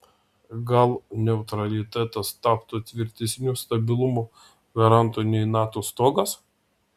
gal neutralitetas taptų tvirtesniu stabilumo garantu nei nato stogas